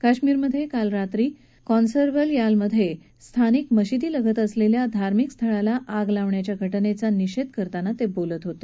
काश्मिरमधे काल रात्री कौनसर्बल यालमधे एका स्थानिक मशिदीलगत असलेल्या धार्मिक स्थळाला आग लावण्याच्या घटनेचा निषेध करताना ते बोलत होते